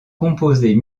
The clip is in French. composés